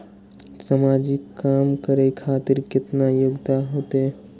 समाजिक काम करें खातिर केतना योग्यता होते?